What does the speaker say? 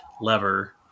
lever